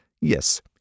Yes